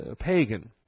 pagan